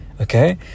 Okay